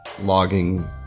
Logging